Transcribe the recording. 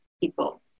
people